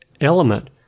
element